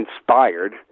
inspired